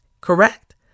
correct